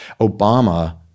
Obama